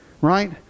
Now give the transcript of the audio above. right